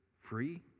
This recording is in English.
free